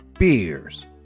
beers